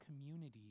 community